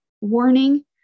warning